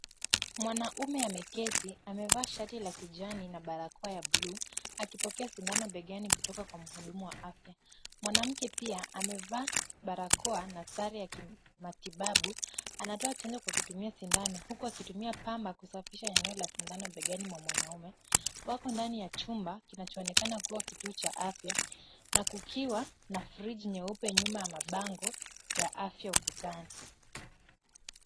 Mwanamume ameketi amevaa shati la kijani na barakoa ya buluu, akipokea sindano begani kutoka kwa mhudumu wa afya. Mwanamke pia amevaa barakoa na sare ya kimatibabu, anatoa chanjo kwa kutumia sindano, huku akitumia pamba kwa kusafisha eneo la sindano begani mwa mwanamume. Wako ndani ya chumba kinachoonekana kuwa kituo cha afya na kukiwa na fridge nyeupe nyuma ya mabango ya afya ukutani.